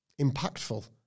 impactful